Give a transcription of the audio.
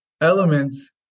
elements